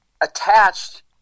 attached